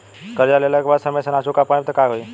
कर्जा लेला के बाद समय से ना चुका पाएम त का होई?